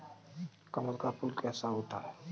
कमल का फूल कैसा होता है?